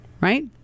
Right